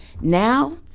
now